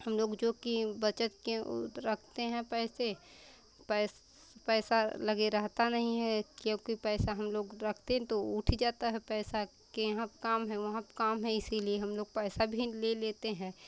हम लोग जोकि बचत के ऊ रखते हैं पैसे पैस पैसा लगे रहता नहीं है क्योंकि पैसा हम लोग रखते तो उठ जाता है पैसा कि यहाँ क काम है वहाँ क काम है इसलिए हम लोग पैसा भी ले लेते हैं